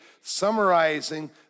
summarizing